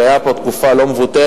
שהיתה פה תקופה לא מבוטלת,